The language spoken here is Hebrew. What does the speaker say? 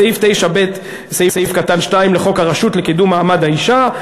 סעיף 9(ב)(2) לחוק הרשות לקידום מעמד האישה,